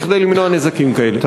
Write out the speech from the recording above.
כדי למנוע נזקים כאלה.